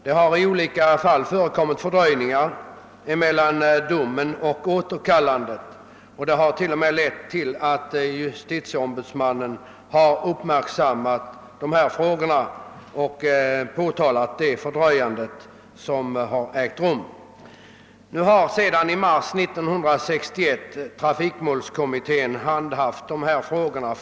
Det har förekommit fördröjningar mellan domen och återkallandet, och det har föranlett justitieombudsmannen att påtala sådana dröjsmål. Sedan i mars 1961 har trafikmålskommittén prövat de här frågorna.